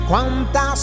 Quanta